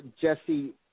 Jesse